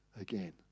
again